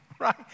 right